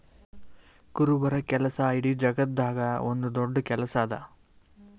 ಕುರುಬರ ಕೆಲಸ ಇಡೀ ಜಗತ್ತದಾಗೆ ಒಂದ್ ದೊಡ್ಡ ಕೆಲಸಾ ಅದಾ